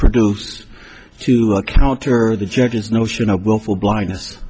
produce to counter the judge's notion of willful blindness